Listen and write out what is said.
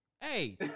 Hey